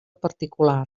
particular